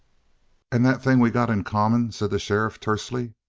and that thing we got in common? said the sheriff tersely.